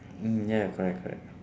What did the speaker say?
mm ya correct correct